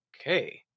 Okay